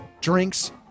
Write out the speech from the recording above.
drinks